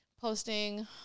posting